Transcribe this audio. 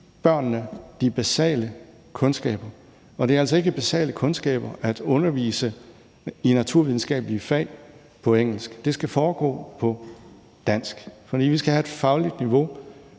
børnene de basale kundskaber. Og det er altså ikke tale om basale kundskaber, når der undervises i naturvidenskabelige fag på engelsk. Det skal foregå på dansk, fordi vi skal have et fagligt niveau,